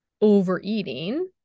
overeating